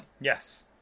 Yes